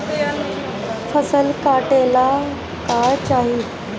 फसल काटेला का चाही?